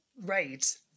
Right